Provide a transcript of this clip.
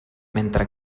mentre